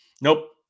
Nope